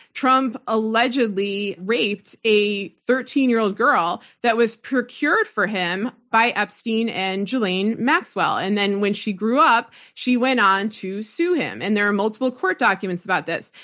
trump allegedly raped a thirteen year old girl that was procured for him by epstein and ghislaine maxwell. and then, when she grew up, she went on to sue him. and there are multiple court documents about this.